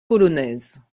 polonaise